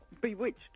Bewitched